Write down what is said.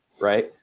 right